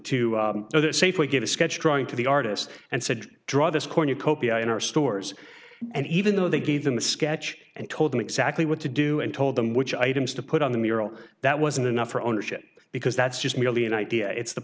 that safeway give a sketch drawing to the artist and said draw this cornucopia in our stores and even though they gave them a sketch and told them exactly what to do and told them which items to put on the mural that wasn't enough for ownership because that's just merely an idea it's the